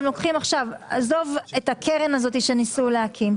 עוזב את הקרן שניסו להקים.